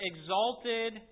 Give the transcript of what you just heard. exalted